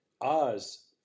Oz